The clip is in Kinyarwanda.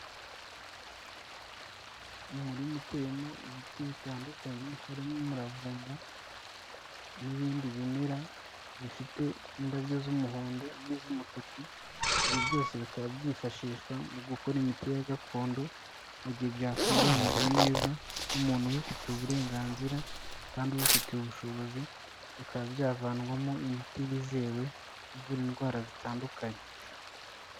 Umurima uteyemo ibiti bitandukanye, harimo umuravumba n'ibindi bimera bifite indabyo z'umuhondo n'iz'umutuku. Ibi byose bikaba byifashishwa mu gukora imiti ya gakondo mu gihe byatunganyijwe neza n'umuntu ubifitiye uburenganzira kandi ubifitiye ubushobozi bikaba byavanwamo imiti yizewe ivura indwara zitandukanye.